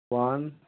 one